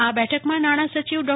આ બેઠકમાં નાણા સચિવ ડો